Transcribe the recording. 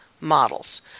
models